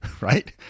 Right